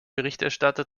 berichterstatter